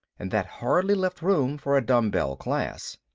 and that hardly left room for a dumbbell class.